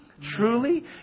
Truly